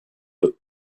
eux